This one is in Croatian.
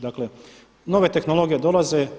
Dakle, nove tehnologije dolaze.